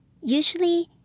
Usually